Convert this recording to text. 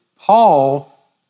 Paul